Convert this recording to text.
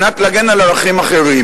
על מנת להגן על ערכים אחרים.